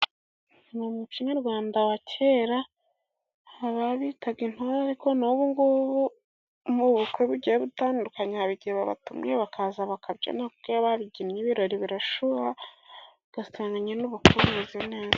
Mu muco nyarwanda wa kera, aba babitaga intore. Ariko n'ubungubu mu bukwe bugiye butandukanye haba igihe babatumiye bakaza bakabyina, kuko iyo babyinnye ibirori birashyuha, ugasanga nyine ubukuwe meze neza.